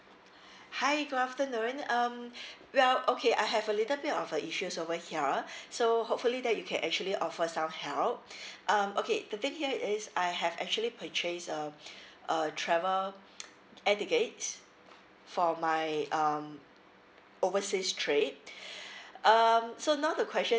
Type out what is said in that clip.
hi good afternoon um well okay I have a little bit of a issues over here so hopefully that you can actually offer some help um okay the thing here is I have actually purchase a a travel air tickets for my um overseas trip um so now the question